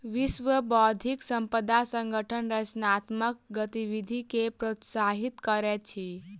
विश्व बौद्धिक संपदा संगठन रचनात्मक गतिविधि के प्रोत्साहित करैत अछि